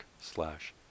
slash